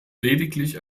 lediglich